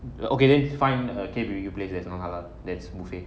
okay then find a K_B_B_Q place that is non halal that is buffet